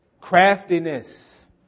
craftiness